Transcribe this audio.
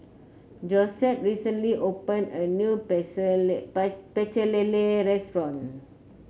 Josette recently opened a new Pecel Lele restaurant